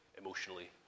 emotionally